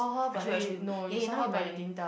I show you I show you K K now you mind let me